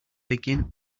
begin